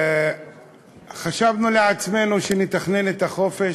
חשבנו לעצמנו שנתכנן את החופש,